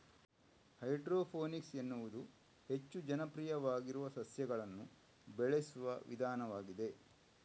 hydroponics ಎನ್ನುವುದು ಹೆಚ್ಚು ಜನಪ್ರಿಯವಾಗಿರುವ ಸಸ್ಯಗಳನ್ನು ಬೆಳೆಸುವ ವಿಧಾನವಾಗಿದೆ